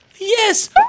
Yes